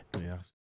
Yes